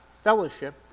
fellowship